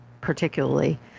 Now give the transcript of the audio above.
particularly